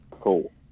Cool